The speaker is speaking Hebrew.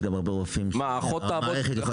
גם הרבה רופאים שהמערכת יכולה לרתום אותם אליה.